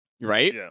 right